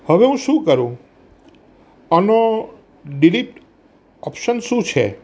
હવે હું શું કરું આનો ડીલીટ ઓપ્શન શું છે